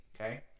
okay